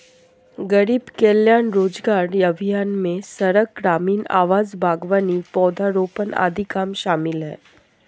गरीब कल्याण रोजगार अभियान में सड़क, ग्रामीण आवास, बागवानी, पौधारोपण आदि काम शामिल है